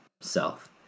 self